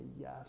yes